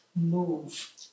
move